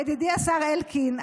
ידידי השר אלקין,